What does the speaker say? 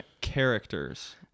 characters